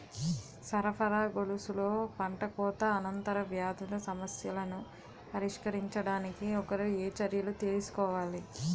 సరఫరా గొలుసులో పంటకోత అనంతర వ్యాధుల సమస్యలను పరిష్కరించడానికి ఒకరు ఏ చర్యలు తీసుకోవాలి?